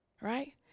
right